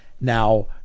Now